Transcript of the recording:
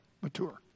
mature